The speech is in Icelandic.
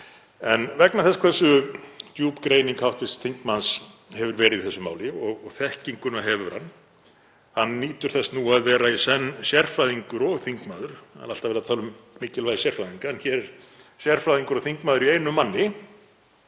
En vegna þess hversu djúp greining hv. þingmanns hefur verið í þessu máli, og þekkinguna hefur hann, hann nýtur þess nú að vera í senn sérfræðingur og þingmaður, en það er alltaf verið að tala um mikilvægi sérfræðinga, hér er sérfræðingur og þingmaður í einum manni